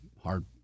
hard